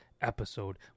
episode